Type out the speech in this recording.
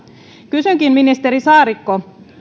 kysynkin ministeri saarikko